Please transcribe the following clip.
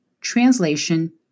translation